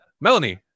Melanie